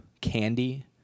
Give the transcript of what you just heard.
candy